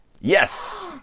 Yes